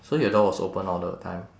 so your door was open all the time